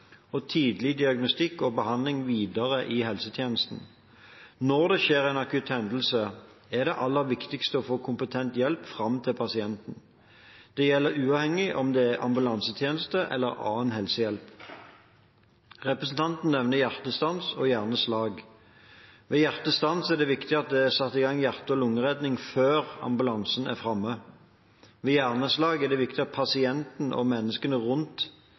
og tidlig diagnostikk og behandling videre i helsetjenesten. Når det skjer en akutt hendelse, er det aller viktigste å få kompetent hjelp fram til pasienten. Det gjelder uavhengig av om det er ambulansetjeneste eller annen helsehjelp. Representanten nevner hjertestans og hjerneslag. Ved hjertestans er det viktig at det er satt i gang hjerte- og lungeredning før ambulansen er framme. Ved hjerneslag er det viktig at pasienten og menneskene rundt